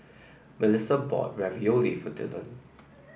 Mellissa bought Ravioli for Dillon